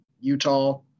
Utah